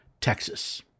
Texas